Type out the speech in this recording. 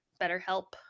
BetterHelp